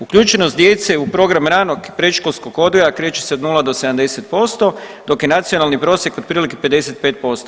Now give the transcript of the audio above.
Uključenost djece u program ranog i predškolskog odgoja kreće se od 0 do 70% dok je nacionalni prosjek otprilike 55%